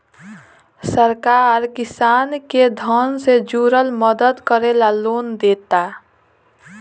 सरकार किसान के धन से जुरल मदद करे ला लोन देता